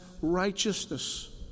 righteousness